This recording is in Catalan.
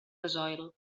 gasoil